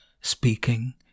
speaking